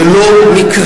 שזה לא מקרי,